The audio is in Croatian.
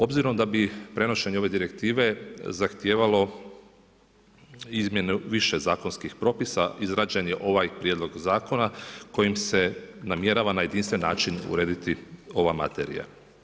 Obzirom da bi prenošenje ove direktive zahtijevalo izmjenu više zakonskih propisa izrađen je ovaj prijedlog zakona kojim se namjerava na jedinstven način urediti ova materija.